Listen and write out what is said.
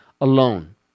alone